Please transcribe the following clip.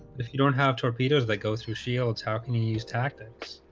if you don't have torpedoes that go through shields, how can you use tactics?